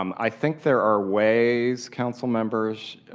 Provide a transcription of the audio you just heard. um i think there are ways, council members,